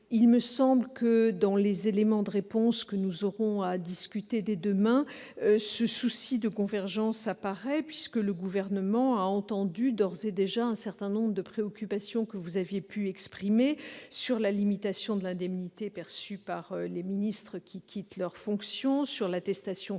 Il me semble que, parmi les éléments de réponse que j'apporterai et dont nous discuterons dès demain, ce souci de convergence apparaît, puisque le Gouvernement a d'ores et déjà entendu un certain nombre de préoccupations que vous avez exprimées sur la limitation de l'indemnité perçue par les ministres quittant leur fonction, sur l'attestation fiscale